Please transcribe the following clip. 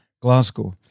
Glasgow